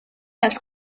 las